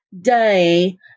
day